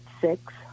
six